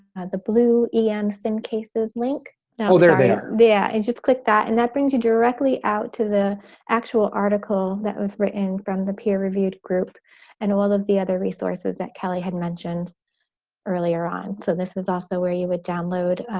the blue em fin cases link oh they're there yeah and just click that and that brings you directly out to the actual article that was written from the peer-reviewed group and all of the other resources that kelly had mentioned earlier on so this is also where you would download.